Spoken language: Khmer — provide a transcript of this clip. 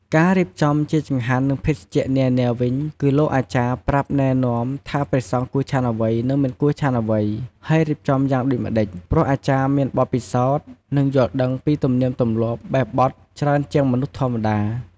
ការរៀបចំជាចង្ហាន់និងភេសជ្ជៈនានាវិញគឺលោកអាចារ្យប្រាប់ណែនាំថាព្រះសង្ឃគួរឆាន់អ្វីនិងមិនគួរឆាន់អ្វី ហើយរៀបចំយ៉ាងដូចម្តេច ព្រោះអាចារ្យមានបទពិសោធន៍ និងយល់ដឹងពីទម្លៀកទម្លាប់បែបបទច្រើនជាងមនុស្សធម្មតា។